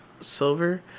silver